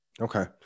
Okay